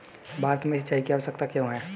भारत में सिंचाई की आवश्यकता क्यों है?